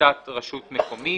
שבשליטת רשות מקומית,